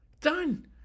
Done